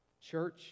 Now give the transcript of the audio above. church